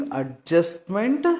adjustment